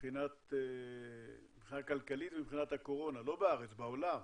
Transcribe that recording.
מבחינה כלכלית ומבחינת הקורונה, לא בארץ, בעולם,